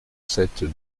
sept